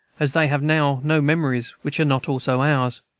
as they have now no memories which are not also ours.